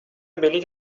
بلیط